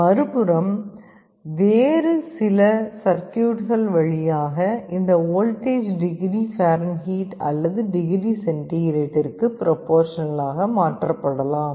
மறுபுறம் வேறு சில சர்க்யூட்கள் வழியாக இந்த வோல்டேஜ் டிகிரி பாரன்ஹீட் அல்லது டிகிரி சென்டிகிரேடிற்கு ப்ரொபோர்ஷனலாக மாற்றப்படலாம்